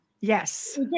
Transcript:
yes